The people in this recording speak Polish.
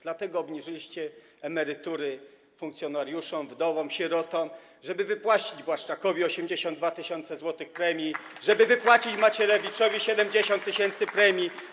Dlatego obniżyliście emerytury funkcjonariuszom, wdowom, sierotom, żeby wypłacić Błaszczakowi 82 tys. zł premii, żeby wypłacić Macierewiczowi 70 tys. zł premii.